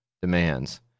demands